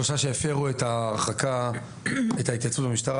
שלושה שהפרו את ההתייצבות במשטרה.